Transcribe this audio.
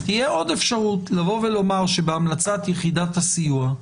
תהיה עוד אפשרות לבוא ולומר שבהמלצת יחידת הסיוע,